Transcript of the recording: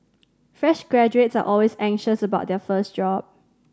fresh graduates are always anxious about their first job